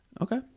Okay